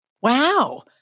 Wow